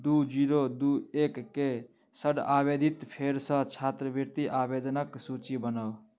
दुइ जीरो दुइ एकके सड आवेदित फेरसँ छात्रवृत्ति आवेदनके सूची बनाउ